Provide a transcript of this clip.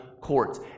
courts